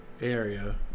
area